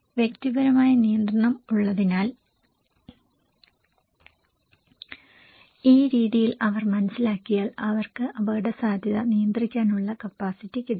വ്യക്തിപരമായ നിയന്ത്രണം ഉള്ളതിനാൽ ഈ രീതിയിൽ അവർ മനസ്സിലാക്കിയാൽ അവർക്ക് അപകടസാധ്യത നിയന്ത്രിക്കാനുള്ള കപ്പാസിറ്റി കിട്ടും